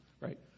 right